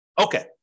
Okay